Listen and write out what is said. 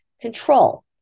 control